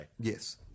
Yes